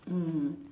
mm